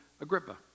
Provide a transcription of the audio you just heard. Agrippa